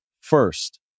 First